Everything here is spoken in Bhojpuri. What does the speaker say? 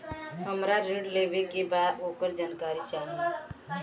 हमरा ऋण लेवे के बा वोकर जानकारी चाही